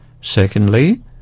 Secondly